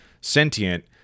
sentient